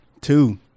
Two